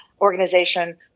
organization